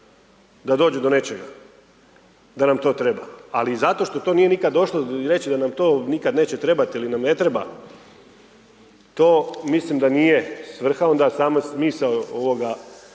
da dođe do nečega, da nam to treba. Ali i zato što to nije nikad došlo i reći da nam to nikad neće trebati ili na ne treba, to mislim da nije svrha, onda sami smisao ovoga,